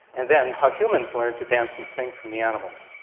and then how humans learned to dance and sing from the animals.